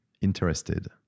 interested